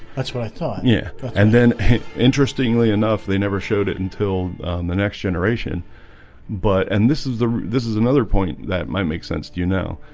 that's what i thought yeah, and then interestingly enough. they never showed it until the next generation but and this is the this is another point that might make sense. do you know?